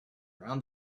around